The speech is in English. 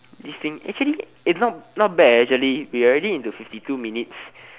this thing actually its not not bad leh actually we already into fifty two minutes